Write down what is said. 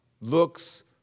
looks